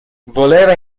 voleva